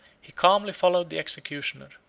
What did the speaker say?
he calmly followed the executioner,